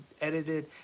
edited